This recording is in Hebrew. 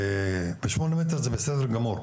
8 מטר זה בסדר גמור.